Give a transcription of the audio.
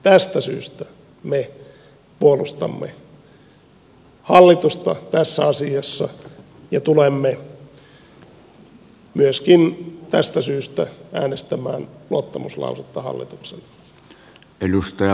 tästä syystä me puolustamme hallitusta tässä asiassa ja tulemme myöskin tästä syystä äänestämään luottamuslausetta hallitukselle